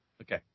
okay